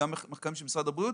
וגם מחקרים של משרד הבריאות.